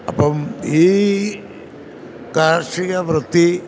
അപ്പം ഈ കാർഷികവൃത്തി